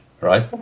right